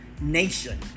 nation